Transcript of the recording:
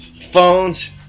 phones